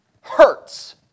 hurts